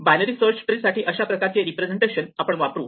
binary search tree साठी अशा प्रकारचे रिप्रेझेंटेशन आपण वापरू